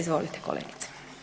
Izvolite kolegice.